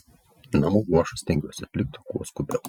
namų ruošą stengiuosi atlikti kuo skubiau